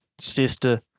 sister